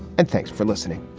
and thanks for listening